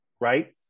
right